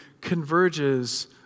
converges